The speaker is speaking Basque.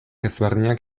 ezberdinak